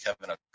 Kevin